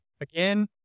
again